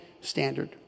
standard